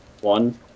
One